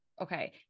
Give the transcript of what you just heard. Okay